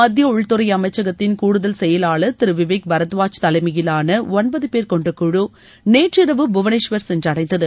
மத்திய உள்துறை அமைச்சகத்தின் கூடுதல் செயலாளர் திரு விவேக் பரத்வாஜ் தலைமையிலான ஒன்பது பேர் கொண்ட குழு நேற்றிரவு புவளேஷ்வர் சென்றடைந்தது